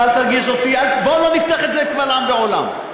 אל תרגיז אותי, בוא לא נפתח את זה קבל עם ועולם.